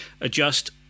adjust